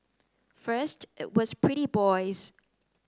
first it was pretty boys